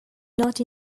not